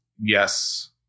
Yes